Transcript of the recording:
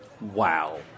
Wow